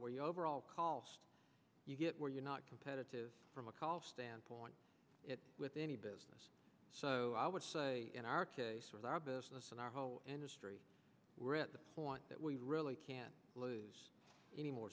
where you overall cost you get where you're not competitive from a call standpoint it with any business so i would say in our case with our business and our whole industry we're at the point that we really can't lose any more